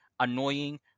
annoying